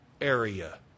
area